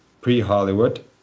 pre-Hollywood